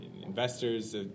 investors